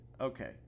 Okay